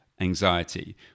anxiety